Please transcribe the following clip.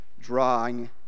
Drawing